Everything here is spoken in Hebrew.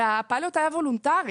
הרי הפיילוט היה וולונטרי.